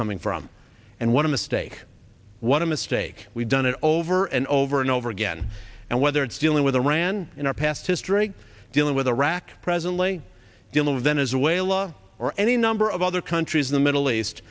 coming from and one of the steak what a mistake we've done it over and over and over again and whether it's dealing with iran in our past history dealing with iraq presently in the venezuela or any number of other countries in the middle east